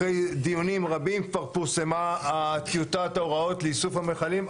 אחרי דיונים רבים כבר פורסמה טיוטת ההוראות לאיסוף המכלים.